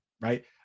right